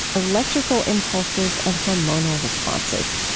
electrical impulses and hormonal responses.